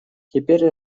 теперь